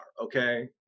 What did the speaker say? okay